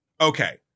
Okay